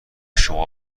شما